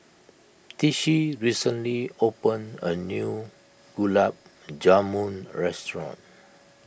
Tishie recently opened a new Gulab Jamun restaurant